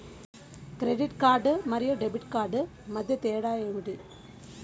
Credit card మరియు debit card మధ్య తేడా ఏమిటి?